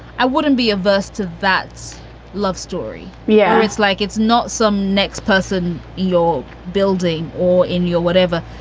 i wouldn't be averse to that love story. yeah. it's like it's not some next person, your building or in your whatever.